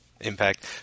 impact